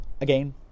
again